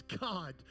God